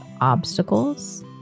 obstacles